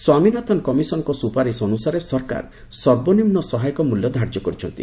ସ୍ୱାମୀନାଥନ୍ କମିଶନ୍ଙ୍କ ସୁପାରିସ୍ ଅନୁସାରେ ସରକାର ସର୍ବନିମ୍ନ ସହାୟକ ମୂଲ୍ୟ ଧାର୍ଯ୍ୟ କରିଛନ୍ତି